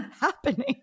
happening